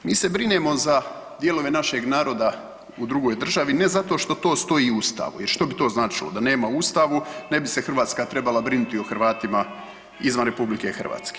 Mi se brinemo za dijelove našeg naroda u drugoj državi ne zato što to stoji u ustavu jer što bi to značilo da nema u ustavu ne bi se Hrvatska trebala brinuti o Hrvatima izvan RH.